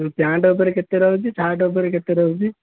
pant ଉପରେ କେତେ ରହୁଛି ସାର୍ଟ ଉପରେ କେତେ ରହୁଛି